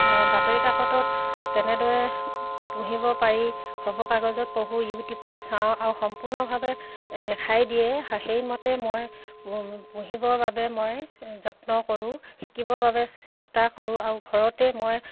বাতৰি কাকতত কেনেদৰে পুহিব পাৰি খবৰ কাগজত পঢ়োঁ ইউটিউবত চাওঁ আৰু সম্পূৰ্ণভাৱে দেখাই দিয়ে সেইমতে মই পুহিবৰ বাবে মই যত্ন কৰোঁ শিকিবৰ বাবে চেষ্টা কৰোঁ আৰু ঘৰতে মই